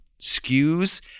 skews